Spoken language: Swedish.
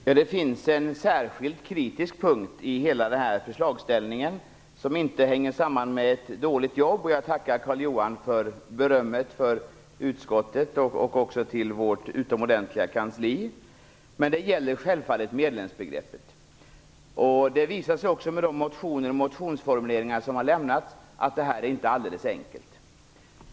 Fru talman! Det finns en särskilt kritisk punkt i hela den här förslagsställningen, som dock inte hänger samman med ett dåligt jobb. Jag tackar Carl-Johan Wilson för berömmet av utskottet och också av vårt utomordentliga kansli. Det gäller självfallet medlemsbegreppet. Det visar sig också, i de motioner som har väckts och formuleringarna i dem, att det här inte är alldeles enkelt.